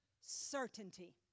certainty